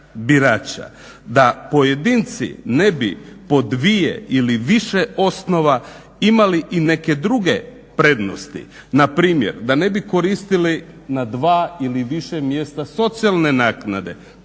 Da pojedinci ne bi po dvije ili više osnova imali i neke druge prednosti. Na primjer da ne bi koristili na dva ili više mjesta socijalne naknade,